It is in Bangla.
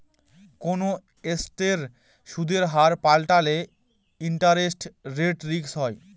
কোনো এসেটের সুদের হার পাল্টালে ইন্টারেস্ট রেট রিস্ক হয়